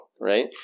right